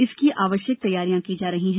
इसकी आवश्यक तैयारियां की जा रही हैं